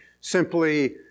simply